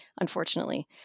unfortunately